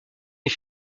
est